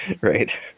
Right